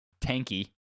tanky